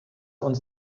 uns